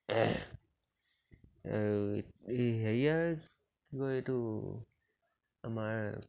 আৰু এই হেৰিয়াৰ কি কয় এইটো আমাৰ